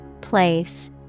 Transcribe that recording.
Place